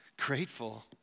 grateful